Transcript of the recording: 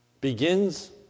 begins